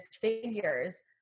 figures